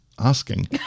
asking